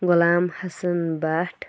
Ghulam Hassan Bhat